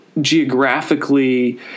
geographically